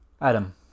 Adam